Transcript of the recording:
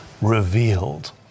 Revealed